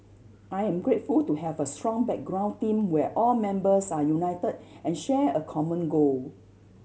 I am grateful to have a strong background team where all members are united and share a common goal